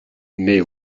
mais